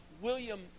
William